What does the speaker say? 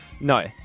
No